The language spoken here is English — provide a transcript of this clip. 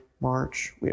March